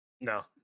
No